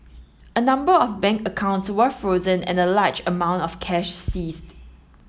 a number of bank accounts were frozen and a large amount of cash seized